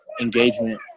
engagement